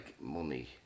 money